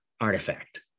artifact